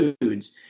foods